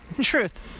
Truth